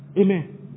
Amen